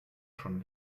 schon